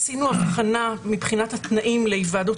עשינו הבחנה מבחינת התנאים להיוועדות